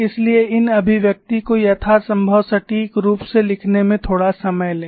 इसलिए इन अभिव्यक्ति को यथासंभव सटीक रूप से लिखने में थोड़ा समय लें